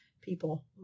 people